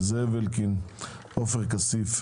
זאב אלקין עופר כסיף,